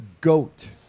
goat